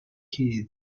kids